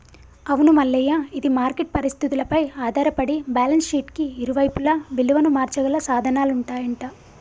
అవును మల్లయ్య ఇది మార్కెట్ పరిస్థితులపై ఆధారపడి బ్యాలెన్స్ షీట్ కి ఇరువైపులా విలువను మార్చగల సాధనాలు ఉంటాయంట